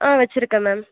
ஆ வைச்சிருக்கேன் மேம்